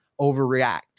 overreact